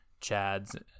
chads